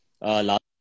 last